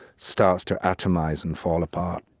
starts to atomize and fall apart.